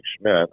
Schmidt